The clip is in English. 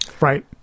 right